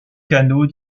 canot